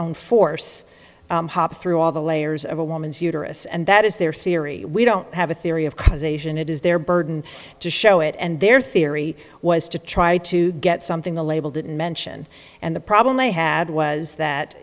force through all the layers of a woman's uterus and that is their theory we don't have a theory of cause asian it is their burden to show it and their theory was to try to get something the label didn't mention and the problem they had was that